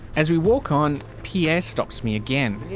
as we walk on, pierre stops me again.